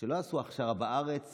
שלא עשו הכשרה בארץ